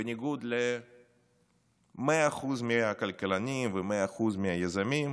בניגוד ל-100% מהכלכלנים ו-100% מהיזמים,